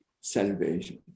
salvation